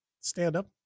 stand-up